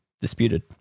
disputed